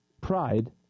pride